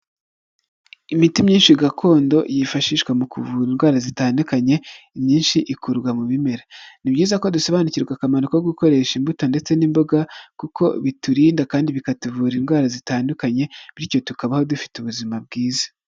Imiti myinshi gakondo, yifashishwa mu kuvura indwara zitandukanye, imyinshi ikurwa mu bimera. Ni byiza ko dusobanukirwa akamaro ko gukoresha imbuto ndetse n'imboga, kuko biturinda kandi bikatuvura indwara zitandukanye, bityo tukabaho dufite ubuzima bwiza.